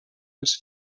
els